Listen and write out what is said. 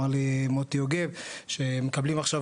אמר לי מוטי יוגב שהם מקבלים עכשיו,